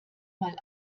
mal